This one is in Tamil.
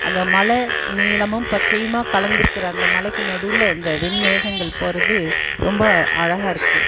அந்த மலை நீலமும் பச்சையுமாக கலந்துருக்கிற அந்த மலைக்கு நடுவில இந்த வெண்மேகங்கள் போகிறது ரொம்ப அழகாகருக்கு